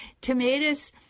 tomatoes